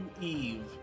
eve